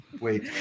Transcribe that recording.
Wait